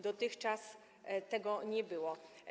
Dotychczas tego nie było.